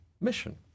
mission